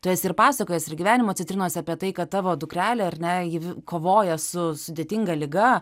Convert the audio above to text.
tu esi ir pasakojęs ir gyvenimo citrinos apie tai kad tavo dukrelė ar ne ji kovoja su sudėtinga liga